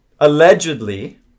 allegedly